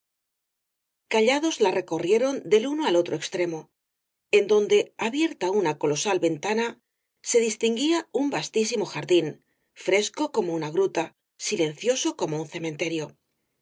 callados la recorrieron del uno al otro extremo en donde abierta una colosal ventana se distinguía un vastísimo jardín fresco como una gruta silencioso como un cementerio